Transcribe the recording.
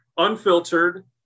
unfiltered